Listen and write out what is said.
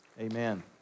Amen